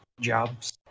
jobs